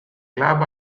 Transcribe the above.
club